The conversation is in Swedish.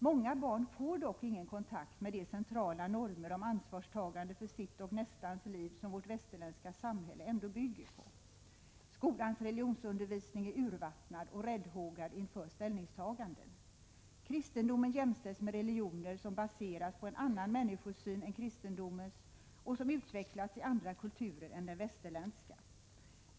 Många barn får dock ingen kontakt med de centrala normer om ansvarstagande för sitt och nästans liv som vårt västerländska samhälle ändå bygger på. Skolans religionsundervisning är urvattnad och räddhågad inför ställningstaganden. Kristendomen jämställs med religioner som baseras på en annan människosyn än kristendomens och som utvecklats i andra kulturer än den västerländska.